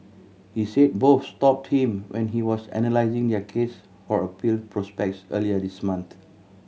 he said both stopped him when he was analysing their case for appeal prospects earlier this month